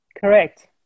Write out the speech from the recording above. Correct